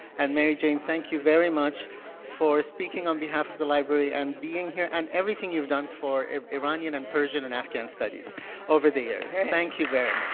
and mary jane, thank you very much for speaking on behalf of the library and being here and everything you've done for iranian and persian and afghan studies over the years. thank you very